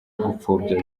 gupfobya